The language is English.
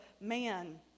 man